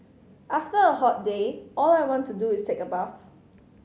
after a hot day all I want to do is take a bath